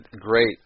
great